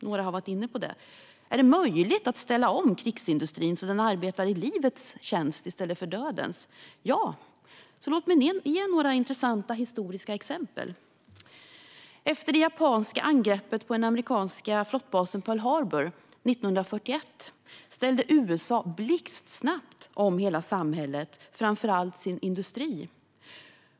Några har varit inne på det. Eller är det möjligt att ställa om krigsindustrin så att den arbetar i livets tjänst i stället för dödens? Ja, det är det. Låt mig ge några intressanta historiska exempel! Efter det japanska angreppet på den amerikanska flottbasen Pearl Harbor 1941 ställde USA blixtsnabbt om hela samhället, framför allt sin industri.